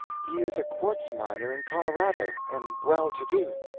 he is a quartz-miner in colorado, and well-to-do.